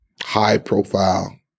high-profile